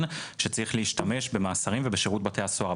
שצריך להשתמש במאסרים ובשירות בתי הסוהר.